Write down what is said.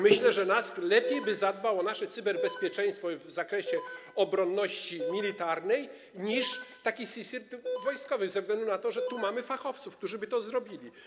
Myślę, że NASK lepiej zadbałby o nasze cyberbezpieczeństwo w zakresie obronności militarnej niż taki CSIRT wojskowy ze względu na to, że tu mamy fachowców, którzy by to zrobili.